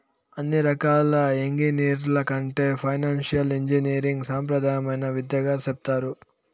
అన్ని రకాల ఎంగినీరింగ్ల కంటే ఫైనాన్సియల్ ఇంజనీరింగ్ సాంప్రదాయమైన విద్యగా సెప్తారు